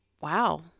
wow